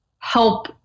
Help